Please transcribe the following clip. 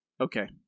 Okay